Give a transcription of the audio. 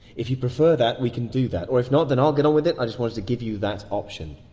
if you'd prefer that, we can do that. or if not, then i'll get on with it. i just wanted to give you that option.